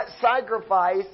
sacrifice